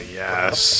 yes